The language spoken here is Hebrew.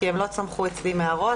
כי הם לא צמחו אצלי מהראש,